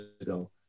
ago